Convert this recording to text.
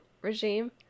regime